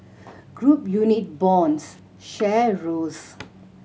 group unit bonds share rose